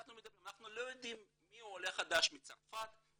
אנחנו לא יודעים מי הוא עולה חדש מצרפת,